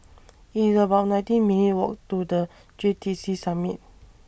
IT IS about nineteen minutes' Walk to The J T C Summit